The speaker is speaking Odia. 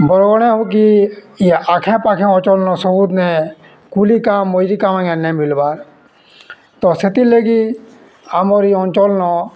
ବରଗଡ଼େ ହଉ କି ଇ ଆଖେ ପାଖେ ଅଞ୍ଚଲ୍ନ ସବୁଦିନେ କୁଲି କାମ୍ ମଜୁରି କାମ୍ ଆଜ୍ଞା ନାଇଁ ମିଲ୍ବାର୍ ତ ସେଥିର୍ ଲାଗି ଆମର୍ ଇ ଅଞ୍ଚଲ୍ନ